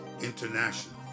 International